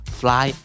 fly